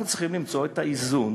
אנחנו צריכים למצוא את האיזון